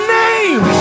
name